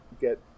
get